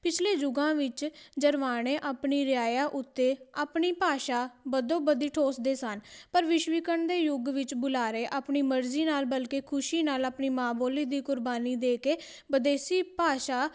ਪਿਛਲੇ ਯੁੱਗਾਂ ਵਿੱਚ ਜਰਵਾਣੇ ਆਪਣੀ ਰਿਆਇਆ ਉੱਤੇ ਆਪਣੀ ਭਾਸ਼ਾ ਬਦੋ ਬਧੀ ਠੋਸਦੇ ਸਨ ਪਰ ਵਿਸ਼ਵੀਕਰਨ ਦੇ ਯੁੱਗ ਵਿੱਚ ਬੁਲਾਰੇ ਆਪਣੀ ਮਰਜ਼ੀ ਨਾਲ ਬਲਕਿ ਖੁਸ਼ੀ ਨਾਲ ਆਪਣੀ ਮਾਂ ਬੋਲੀ ਦੀ ਕੁਰਬਾਨੀ ਦੇ ਕੇ ਵਿਦੇਸ਼ੀ ਭਾਸ਼ਾ